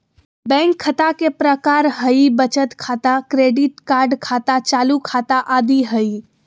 bank खता के प्रकार हइ बचत खाता, क्रेडिट कार्ड खाता, चालू खाता आदि हइ